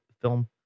film